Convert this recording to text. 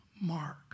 Mark